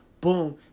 Boom